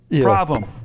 problem